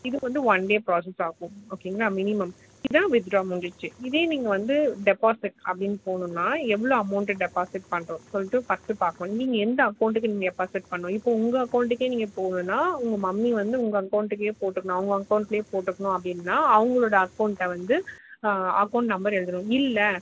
இது வந்து one day process ஆகும் ஓகேங்களா மினிமம் இதுதான் வித்ட்ரா முடிஞ்சுருச்சு இதே நீங்கள் வந்து டெபாசிட் அப்படின்னு போணுனால் எவ்வளோ அமௌண்டு டெபாசிட் பண்ணுறோம் சொல்லிட்டு ஃபர்ஸ்ட்டு பார்க்கணும் நீங்கள் எந்த அகௌண்ட்டுக்கு நீங்கள் டெபாசிட் பண்ணணும் இப்போ உங்கள் அகௌண்ட்டுக்கே நீங்கள் போடுனுனா உங்கள் மம்மி வந்து உங்கள் அகௌண்ட்டுக்கே போட்டுக்கணும் அவங்க அகௌண்ட்டில் போட்டுக்கணும் அப்படின்னா அவங்களோட அகௌண்ட்டை வந்து அகௌண்ட் நம்பர் எழுதணும் இல்லை